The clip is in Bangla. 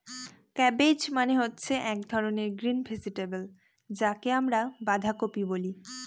কাব্বেজ মানে হচ্ছে এক ধরনের গ্রিন ভেজিটেবল যাকে আমরা বাঁধাকপি বলে